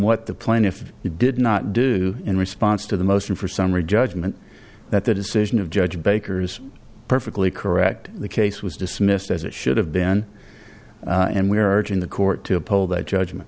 what the plaintiff you did not do in response to the motion for summary judgment that the decision of judge baker's perfectly correct the case was dismissed as it should have been and where are the court to uphold that judgment